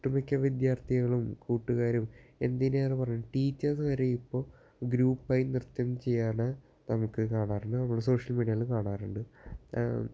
ഒട്ടുമിക്ക വിദ്യാർത്ഥികളും കൂട്ടുകാരും എന്തിനേറെ പറയുന്നു ടീച്ചേഴ്സ് വരെ ഇപ്പോൾ ഗ്രൂപ്പായി നൃത്തം ചെയ്യുകയാണ് നമുക്ക് കാണാറുള്ളത് നമ്മൾ സോഷ്യൽ മീഡിയയിലും കാണാറുണ്ട്